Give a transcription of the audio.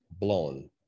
blown